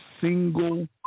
single